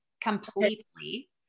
completely